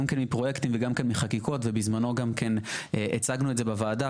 גם מפרויקטים וגם מחקיקות ובזמנו גם הצגנו את זה בוועדה,